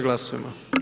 Glasujmo.